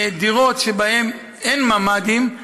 דירות שבהן אין ממ"דים,